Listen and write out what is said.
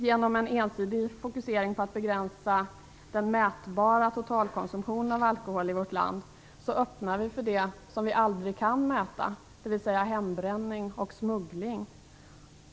Genom en ensidig fokusering på att begränsa den mätbara totalkonsumtionen av alkohol i vårt land öppnar vi för det som vi aldrig kan mäta, dvs. hembränning och smuggling.